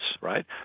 right